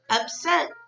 upset